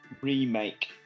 remake